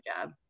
job